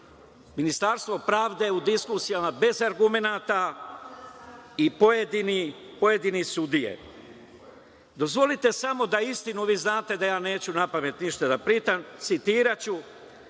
Ministarstvo pravde, u diskusijama bez argumenata, i pojedine sudije. Dozvolite samo da istinu, a vi znate da ja neću napamet ništa da pričam, citiraću